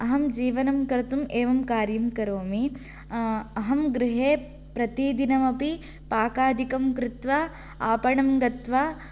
अहं जीवनं कर्तुम् एवं कार्यं करोमि अहं गृहे प्रतिदिनमपि पाकादिकं कृत्वा आपणं गत्वा